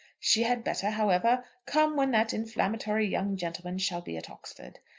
she had better, however, come when that inflammatory young gentleman shall be at oxford.